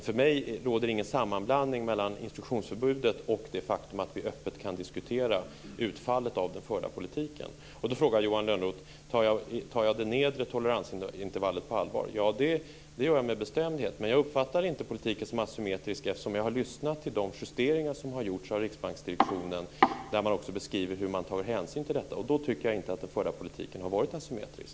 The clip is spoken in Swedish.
För mig råder ingen sammanblandning mellan instruktionsförbudet och det faktum att vi öppet kan diskutera utfallet av den förda politiken. Johan Lönnroth frågar om jag tar det nedre toleransintervallet på allvar. Ja, det gör jag med bestämdhet. Men jag uppfattar inte politiken som asymmetrisk. Jag har lyssnat till de av riksbanksdirektionen gjorda justeringarna, där man beskriver hur man tar hänsyn till detta, och då inte funnit att den förda politiken har varit asymmetrisk.